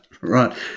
Right